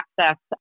access